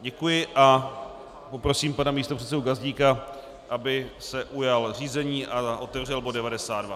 Děkuji a poprosím pana místopředsedu Gazdíka, aby se ujal řízení a otevřel bod 92.